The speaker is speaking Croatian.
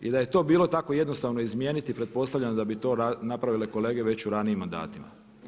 Da je to bilo tako jednostavno izmijeniti pretpostavljam da bi to napravile kolege već u ranijim mandatima.